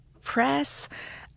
press